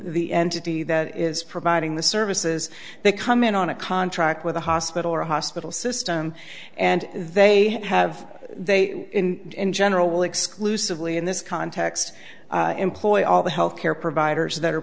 the entity that is providing the services they come in on a contract with a hospital or a hospital system and they have they in general exclusively in this context employ all the health care providers that are